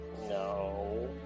No